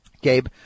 Gabe